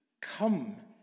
come